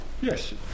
Yes